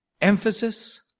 emphasis